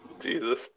Jesus